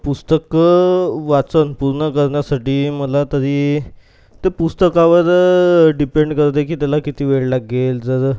पुस्तकं वाचन पूर्ण करण्यासाठी मला तरी ते पुस्तकावर डिपेंड करते की त्याला किती वेळ लागेल जर